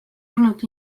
olnud